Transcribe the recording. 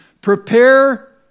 prepare